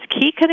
key